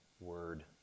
Word